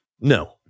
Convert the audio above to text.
No